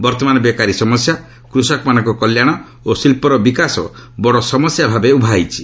ବର୍ତ୍ତମାନ ବେକାରୀ ସମସ୍ୟା କୃଷକମାନଙ୍କ କଲ୍ୟାଣ ଓ ଶିଳ୍ପର ବିକାଶ ବଡ଼ ସମସ୍ୟା ଭାବେ ଉଭା ହୋଇଛି